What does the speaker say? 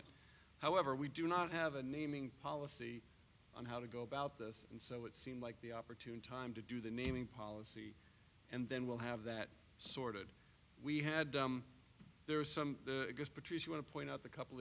it however we do not have a naming policy on how to go about this and so it seemed like the opportune time to do the naming policy and then we'll have that sorted we had there's some patrice i want to point out the couple